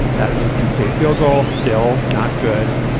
that okie state field goal still not good.